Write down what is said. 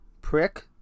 Prick